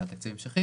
זה היה תקציב המשכי